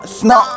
snap